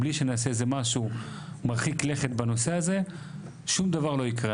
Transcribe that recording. בלי שנעשה איזה משהו מרחיק לכת בנושא הזה שום דבר לא יקרה.